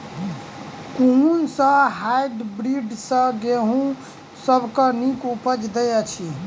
कुन सँ हायब्रिडस गेंहूँ सब सँ नीक उपज देय अछि?